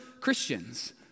Christians